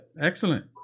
Excellent